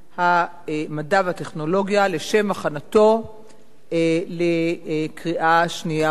המדע והטכנולוגיה לשם הכנתו לקריאה שנייה ושלישית.